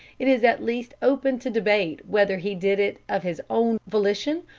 it is at least open to debate whether he did it of his own volition,